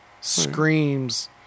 screams